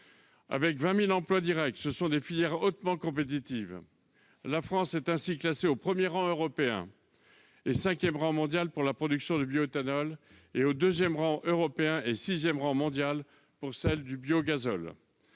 Avec 20 000 emplois directs, ce sont des filières hautement compétitives : la France est ainsi classée au premier rang européen et au cinquième rang mondial pour la production de bioéthanol, au deuxième rang européen et au sixième rang mondial pour celle de biogazole.